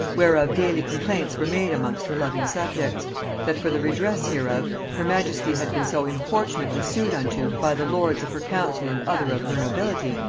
whereof daily complaints were made amongst her loving subjects that for the redress hereof her majesty had been so importunately sued unto by the lords of her council and other of her nobility,